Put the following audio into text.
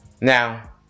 Now